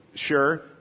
Sure